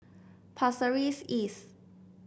Pasir Ris East